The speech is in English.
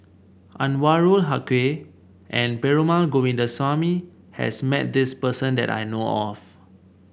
Anwarul Haque and Perumal Govindaswamy has met this person that I know of